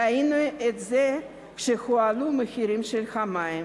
ראינו את זה כשהועלו מחירי המים,